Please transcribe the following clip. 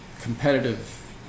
competitive